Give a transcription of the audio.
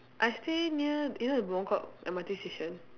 I stay near you know the Buangkok M_R_T station